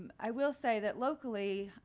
and i will say that locally,